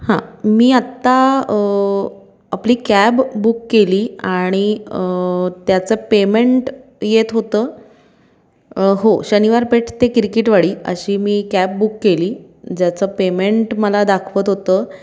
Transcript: हां मी आत्ता आपली कॅब बुक केली आणि त्याचं पेमेंट येत होतं हो शनिवारपेठ ते किरकिटवाडी अशी मी कॅब बुक केली ज्याचं पेमेंट मला दाखवत होतं